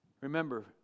Remember